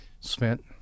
spent